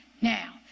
Now